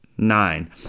nine